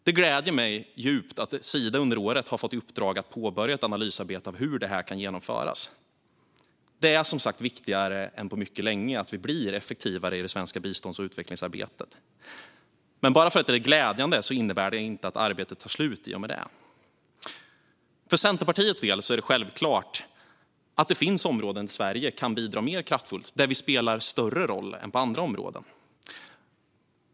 Det gläder mig att Sida under året har fått i uppdrag att påbörja ett analysarbete när det gäller hur detta kan genomföras. Det är som sagt viktigare än på mycket länge att vi blir effektivare i det svenska bistånds och utvecklingsarbetet. Men bara för att det är glädjande innebär det inte att arbetet är slutfört. För Centerpartiet är det självklart att det finns områden där Sverige kan bidra mer kraftfullt - områden där vi spelar större roll än på andra områden.